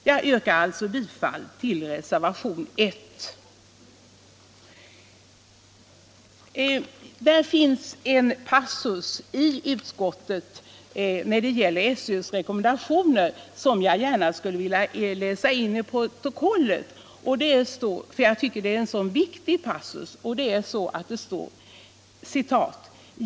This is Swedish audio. Jag yrkar alltså bifall till reservationen 1: Det finns en passus i utskottsbetänkandet när det gäller SÖ:s rekommendationer som jag gärna skulle vilja läsa in i protokollet, därför att jag tycker att den är så viktig.